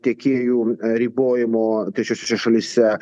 tiekėjų ribojimo trečiosiose šalyse